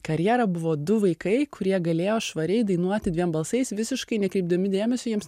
karjerą buvo du vaikai kurie galėjo švariai dainuoti dviem balsais visiškai nekreipdami dėmesio jiems